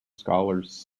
scholars